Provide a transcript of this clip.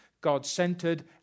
God-centered